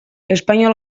espainol